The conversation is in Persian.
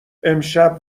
امشب